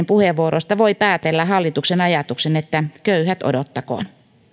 puheenvuorosta voi päätellä hallituksen ajatuksen köyhät odottakoot